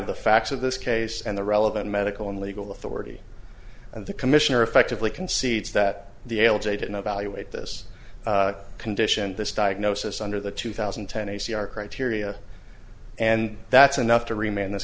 of the facts of this case and the relevant medical and legal authority and the commissioner effectively concedes that the able date and evaluate this condition this diagnosis under the two thousand and ten a c r criteria and that's enough to remain in this